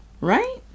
right